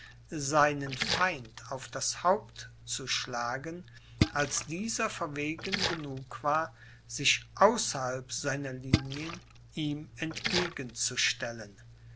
seinen feind auf das haupt zu schlagen als dieser verwegen genug war sich außerhalb seiner linien ihm entgegen